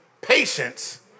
patience